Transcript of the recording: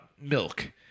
Milk